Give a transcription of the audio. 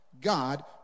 God